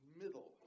middle